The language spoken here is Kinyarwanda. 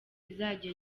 izajya